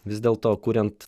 vis dėlto kuriant